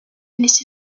blessé